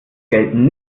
gelten